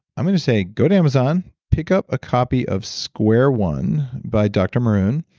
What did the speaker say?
i'm going to say, go to amazon, pick up a copy of square one by dr. maroon,